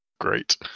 Great